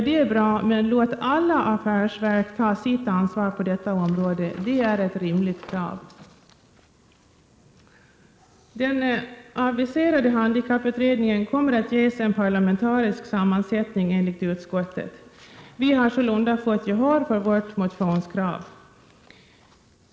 Det är bra, men låt alla affärsverk ta sitt ansvar på detta område. Det är ett rimligt krav. Den aviserade handikapputredningen kommer enligt utskottet att ges en parlamentarisk sammansättning. Vi har sålunda fått gehör för vårt motionskrav.